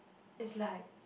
is like